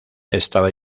estaba